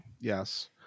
yes